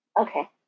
Okay